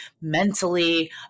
mentally